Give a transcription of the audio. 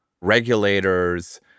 regulators